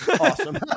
Awesome